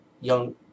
young